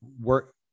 work